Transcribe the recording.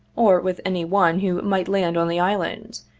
or with any one who might land on the island,